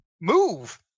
Move